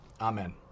Amen